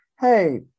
hey